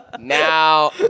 Now